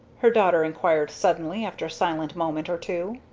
her daughter inquired suddenly, after a silent moment or two.